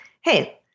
hey